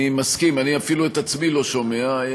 אני מסכים, אני אפילו את עצמי לא שומע.